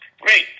Great